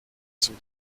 zum